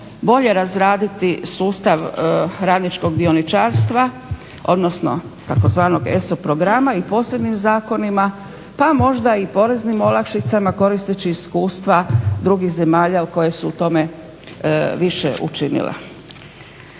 bolje razraditi sustav radničkog dioničarstva odnosno tzv. ESOP programa i posebnim zakonima pa možda i poreznim olakšicama koristeći iskustva drugih zemalja koje su u tome više učinile.